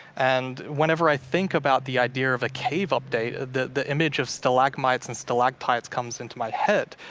and whenever i think about the idea of a cave update, the image of stalagmites and stalactites comes into my head.